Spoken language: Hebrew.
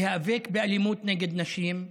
להיאבק באלימות נגד נשים,